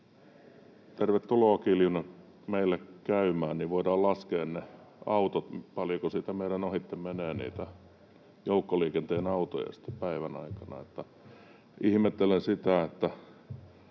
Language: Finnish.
tervetuloa, Kiljunen, meille käymään, niin voidaan laskea ne autot, paljonko siitä meidän ohitsemme menee niitä joukkoliikenteen autoja päivän aikana. Ihmettelen sitä,